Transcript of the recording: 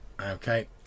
Okay